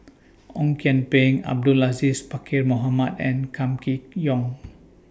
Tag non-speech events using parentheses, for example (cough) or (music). (noise) Ong Kian Peng Abdul Aziz Pakkeer Mohamed and Kam Kee Yong